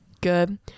good